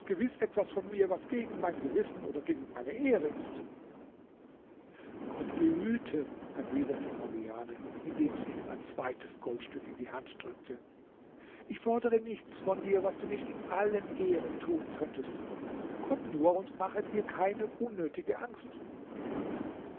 gewiß etwas von mir was gegen mein gewissen oder gegen meine ehre ist gott behüte erwiderte morgiane indem sie ihm ein zweites goldstück in die hand drückte ich fordere nichts von dir was du nicht in allen ehren tun könntest komm nur und mache dir keine unnötige angst